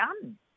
done